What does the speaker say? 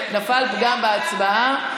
נפל פגם בהצבעה,